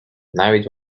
навіть